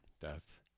death